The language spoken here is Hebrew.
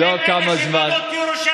היבוסים הם אלו שבנו את ירושלים,